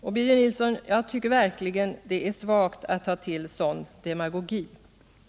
Jag tycker verkligen, Birger Nilsson, att det är svagt att ta till sådan demagogi.